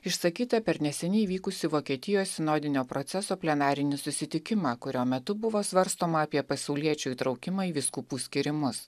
išsakyta per neseniai vykusį vokietijos sinodinio proceso plenarinį susitikimą kurio metu buvo svarstoma apie pasauliečių įtraukimą į vyskupų skyrimus